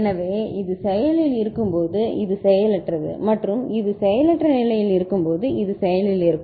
எனவே இது செயலில் இருக்கும்போது இது செயலற்றது மற்றும் இது செயலற்ற நிலையில் இருக்கும்போது இது செயலில் இருக்கும்